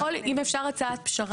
רגע, אני רוצה לעשות 5 דקות הפסקה.